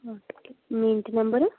okay మీ ఇంటి number